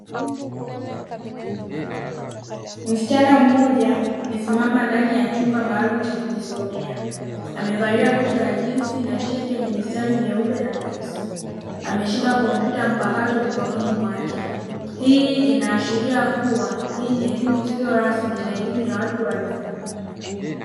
Msichana mmoja amesimama dani ya chumba maalumu cha kujisomea, amevalia koti la jinsi na tisheti lenye mistari myeupe na myeusi, ameshika kompyuta mpakato mikononi mwake. Hii inaashiria kuwa hii ni elimu isiyo rasmi na elimu ya watu wazima.